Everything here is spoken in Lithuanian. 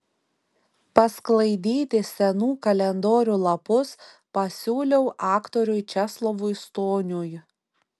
pasklaidyti senų kalendorių lapus pasiūliau aktoriui česlovui stoniui